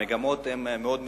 המגמות הן מאוד מסוכנות,